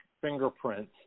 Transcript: fingerprints